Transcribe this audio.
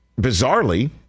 bizarrely